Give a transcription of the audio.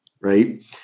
right